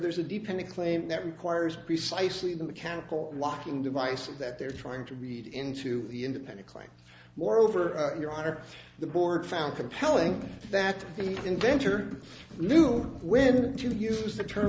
there's a depending claim that requires precisely the mechanical locking device that they're trying to read into the independent claims moreover your honor the board found compelling that the inventor knew when to use the term